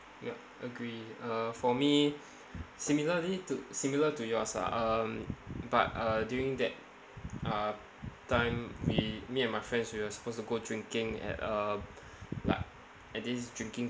yup agree uh for me similarly to similar to yours ah um but uh during that uh time we me and my friends we were supposed to go drinking at a like at this drinking